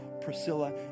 Priscilla